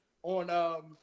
On